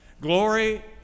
Glory